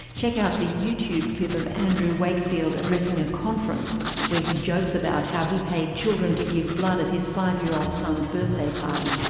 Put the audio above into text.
check out the youtube clip of andrew wakefield addressing a conference where he jokes about how he paid children to give blood at his five year old son's birthday party.